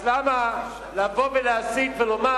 אז למה לבוא ולהסית ולומר